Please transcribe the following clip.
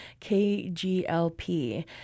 KGLP